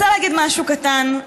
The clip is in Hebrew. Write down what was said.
אני רוצה להגיד משהו קטן.